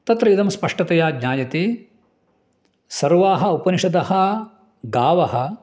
तत्र इदं स्पष्टतया ज्ञायते सर्वाः उपनिषदः गावः